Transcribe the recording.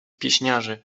pieśniarzy